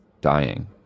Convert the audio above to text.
dying